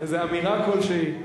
איזו אמירה כלשהי?